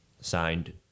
Signed